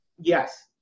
yes